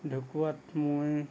ঢুকোৱাত মই